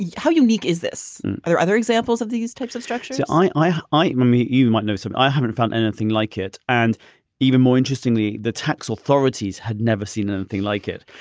how unique is this? are there other examples of these types of structures? yeah i i mean, you might know so i haven't found anything like it. and even more interestingly, the tax authorities had never seen anything like it,